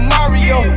Mario